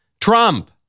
Trump